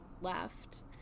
left